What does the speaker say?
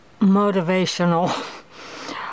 motivational